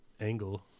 angle